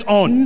on